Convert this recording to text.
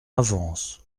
avance